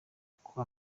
uko